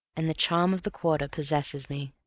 and the charm of the quarter possesses me.